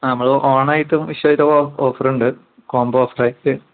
ആ നമ്മൾ ഓണമായിട്ടും വിഷുവായിട്ടും ഓ ഓഫർ ഉണ്ട് കോംബോ ഓഫറായിട്ട്